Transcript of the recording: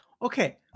Okay